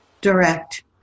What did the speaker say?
direct